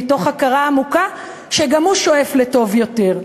מתוך הכרה עמוקה שגם הוא שואף לטוב יותר.